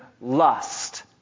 lust